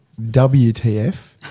WTF